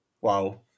Wow